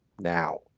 now